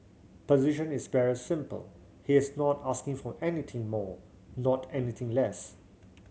position is very simple he is not asking for anything more not anything less